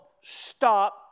stop